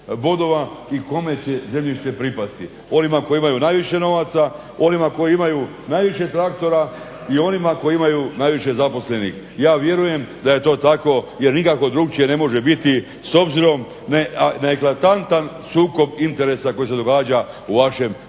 i kome će zemljište pripasti. Onima koji imaju najviše novaca, onima koji imaju najviše traktora i onima koji imaju najviše zaposlenih. Ja vjerujem da je to tako jer nikako drukčije ne može biti s obzirom na eklatantan sukob interesa koji se događa u vašem ministarstvu